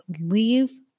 leave